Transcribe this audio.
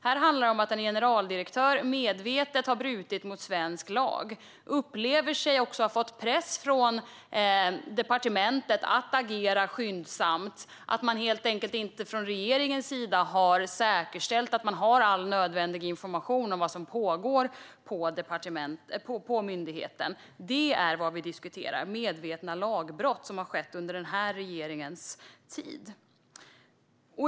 Här handlar det om att en generaldirektör medvetet har brutit mot svensk lag, upplever sig också ha pressats av departementet att agera skyndsamt och att regeringen helt enkelt inte har säkerställt att all nödvändig information om vad som pågår på myndigheten finns. Vi diskuterar medvetna lagbrott som har skett under den här regeringens tid.